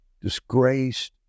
disgraced